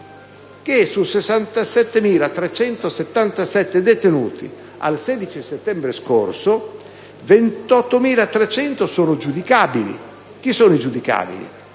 che su 67.377 detenuti, al 16 settembre scorso, 28.300 sono giudicabili. Chi sono? I detenuti